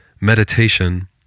meditation